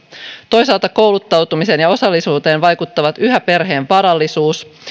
toisaalta kouluttautumiseen ja osallisuuteen vaikuttavat yhä perheen varallisuus